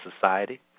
society